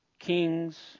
Kings